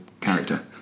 character